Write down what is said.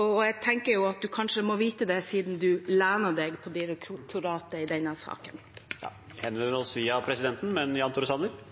Jeg tenker du kanskje må vite det siden du lener seg på direktoratet i denne saken. Presidenten vil minne om at all tale skal gå via presidenten.